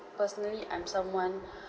personally I'm someone